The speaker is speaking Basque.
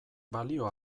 balio